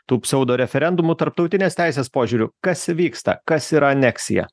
tų psaudoreferendumų tarptautinės teisės požiūriu kas vyksta kas yra aneksija